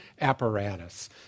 apparatus